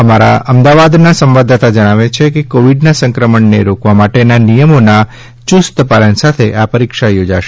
અમારા અમદાવાદના સંવાદદાતા જણાવે છે કે કોવિડના સંક્રમણને રોકવા માટેના નિયમોના યુસ્ત પાલન સાથે આ પરીક્ષા યોજાશે